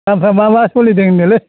दामफ्रा मा मा सोलिदों होनदोंलै